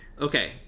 okay